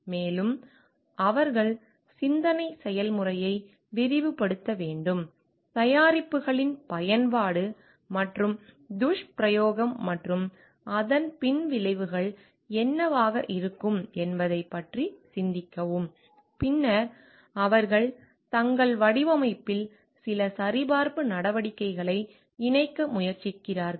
மேலும் அவர்கள் சிந்தனை செயல்முறையை விரிவுபடுத்த வேண்டும் தயாரிப்புகளின் பயன்பாடு மற்றும் துஷ்பிரயோகம் மற்றும் அதன் பின் விளைவுகள் என்னவாக இருக்கும் என்பதைப் பற்றி சிந்திக்கவும் பின்னர் அவர்கள் தங்கள் வடிவமைப்பில் சில சரிபார்ப்பு நடவடிக்கைகளை இணைக்க முயற்சிக்கிறார்கள்